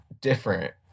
different